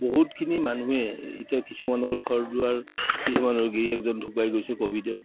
বহুতখিনি মানুহে এতিয়া কিছুমানৰ ঘৰ দুৱাৰ কিছুমানৰ গিৰীয়েকজন ঢুকাই গৈছে ক'ভিডত